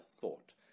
thought